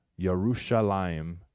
Yerushalayim